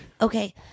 Okay